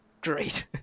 Great